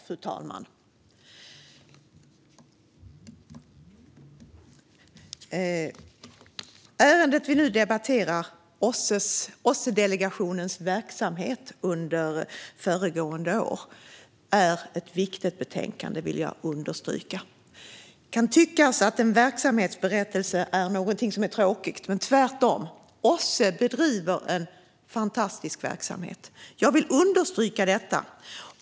Fru talman! Ärendet vi nu debatterar gäller OSSE-delegationens verksamhet under föregående år. Det är ett viktigt betänkande, vill jag understryka. Det kan tyckas att en verksamhetsberättelse är någonting som är tråkigt, men det är tvärtom. OSSE bedriver en fantastisk verksamhet. Jag vill understryka detta.